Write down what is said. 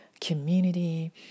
community